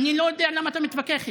אני לא יודע למה אתה מתווכח איתי.